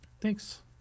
thanks